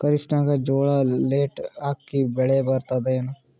ಖರೀಫ್ ನಾಗ ಜೋಳ ಲೇಟ್ ಹಾಕಿವ ಬೆಳೆ ಬರತದ ಏನು?